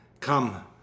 Come